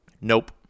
Nope